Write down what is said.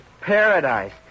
Paradise